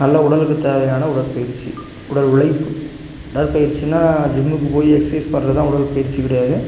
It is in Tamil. நல்ல உடலுக்கு தேவையான உடற்பயிற்சி உடல் உழைப்பு உடற்பயிற்சினா ஜிம்முக்கு போய் எக்ஸசைஸ் பண்ணுறது தான் உடற்பயிற்சி கிடையாது